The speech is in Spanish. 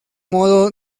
modo